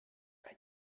eine